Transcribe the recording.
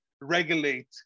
regulate